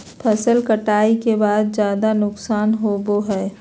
फसल कटाई के बाद ज्यादा नुकसान होबो हइ